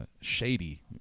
shady